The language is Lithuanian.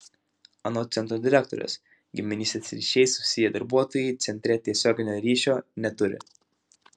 anot centro direktorės giminystės ryšiais susiję darbuotojai centre tiesioginio ryšio neturi